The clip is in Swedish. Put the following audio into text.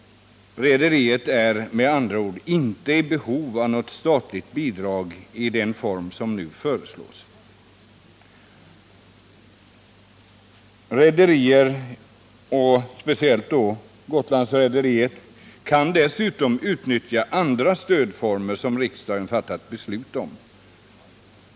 Rederiet är med andra ord inte i behov av något statligt bidrag i den form som nu föreslås. Rederier — och då även Gotlandsrederiet — kan dessutom utnyttja andra stödformer som riksdagen fattat beslut om.